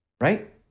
right